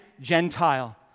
Gentile